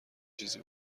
چیزی